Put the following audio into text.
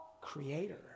Creator